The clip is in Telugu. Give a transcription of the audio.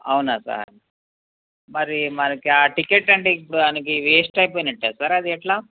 అవునా సార్ మరి మనకి ఆ టిక్కెట్ అంటే ఇప్పుడు దానికి వేస్ట్ అయిపోయినట్టా సార్ అది ఎలా